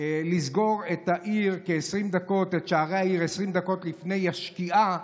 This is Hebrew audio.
לסגור את שערי העיר 20 דקות לפני השקיעה,